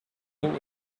been